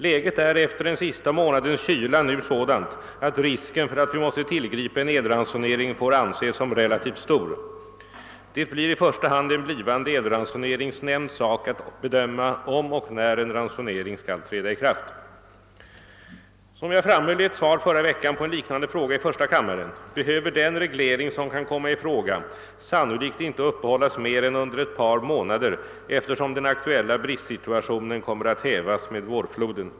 Läget är efter den sista månadens kyla nu sådant, att risken för att vi måste tillgripa en elransonering får anses som relativt stor. Det blir i första hand en blivande elransoneringsnämnds sak att bedöma om och när en ransonering skall träda i kraft. Som jag framhöll i ett svar förra veckan på en liknande fråga i första kammaren behöver den reglering som kan komma i fråga sannolikt inte uppehållas mer än under ett par månader eftersom den aktuella bristsituationen kommer att hävas med vårfloden.